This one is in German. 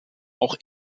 auch